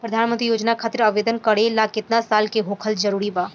प्रधानमंत्री योजना खातिर आवेदन करे ला केतना साल क होखल जरूरी बा?